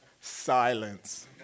Silence